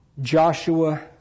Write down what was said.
Joshua